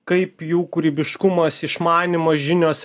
kaip jų kūrybiškumas išmanymas žinios